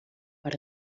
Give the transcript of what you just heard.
per